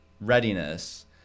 readiness